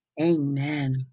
Amen